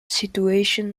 situation